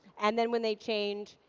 and then, when they change,